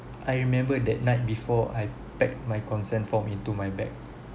I remember that night before I packed my consent form into my bag